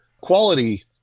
quality